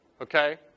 okay